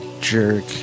jerk